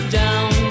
down